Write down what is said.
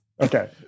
Okay